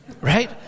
Right